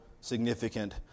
significant